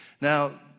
Now